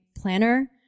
planner